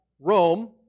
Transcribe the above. Rome